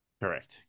Correct